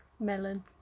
Melon